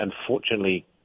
unfortunately